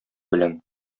белән